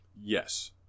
Yes